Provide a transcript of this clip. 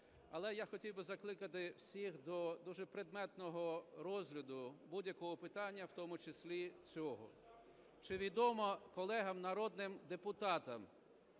Але я хотів би закликати всіх до дуже предметного розгляду будь-якого питання, в тому числі цього. Чи відомо колегам народним депутатам,